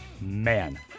Man